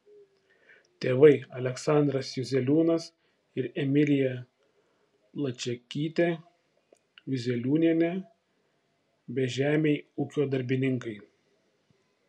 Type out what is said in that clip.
tėvai aleksandras juzeliūnas ir emilija plačiakytė juzeliūnienė bežemiai ūkio darbininkai